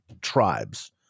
tribes